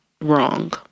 wrong